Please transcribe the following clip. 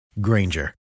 Granger